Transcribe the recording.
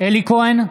אלי כהן,